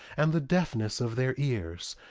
and the deafness of their ears,